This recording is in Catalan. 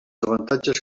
avantatges